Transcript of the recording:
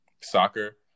soccer